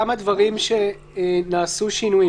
גם ככה הסמכות היא בדרך כלל סמכות --- אותו נוסח,